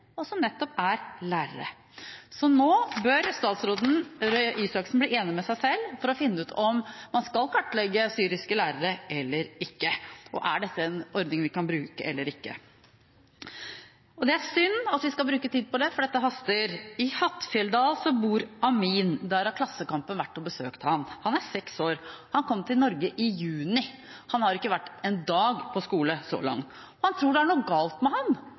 og som nettopp er lærere. Så nå bør statsråden, Røe Isaksen, bli enig med seg selv for å finne ut om man skal kartlegge syriske lærere eller ikke, og om dette er en ordning vi kan bruke eller ikke. Det er synd at vi skal bruke tid på dette, for det haster. I Hattfjelldal bor Amin. Der har Klassekampen vært og besøkt han. Han er seks år. Han kom til Norge i juni, og han har ikke vært en dag på skole så langt. Han tror det er noe galt med han